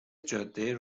جاده